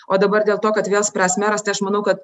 o dabar dėl to kad vėl spręs meras tai aš manau kad